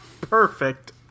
Perfect